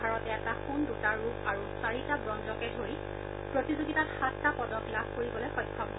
ভাৰতে এটা সোণ দুটা ৰূপ আৰু চাৰিটা ব্ৰঞ্জকে ধৰি প্ৰতিযোগিতাত সাতটা পদক লাভ কৰিবলৈ সক্ষম হয়